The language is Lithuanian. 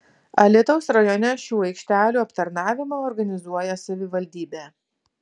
alytaus rajone šių aikštelių aptarnavimą organizuoja savivaldybė